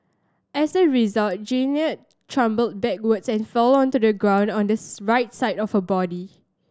as a result Jeannette stumbled backwards and fell onto the ground on the right side of her body